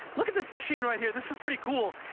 look at this machine right here. this is pretty cool.